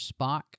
Spock